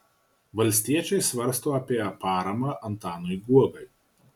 valstiečiai svarsto apie paramą antanui guogai